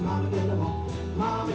my mom